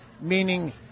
meaning